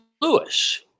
Lewis